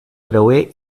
creuer